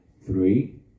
Three